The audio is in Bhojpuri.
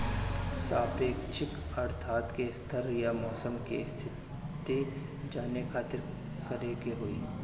सापेक्षिक आद्रता के स्तर या मौसम के स्थिति जाने खातिर करे के होई?